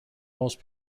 most